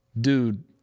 dude